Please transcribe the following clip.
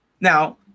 Now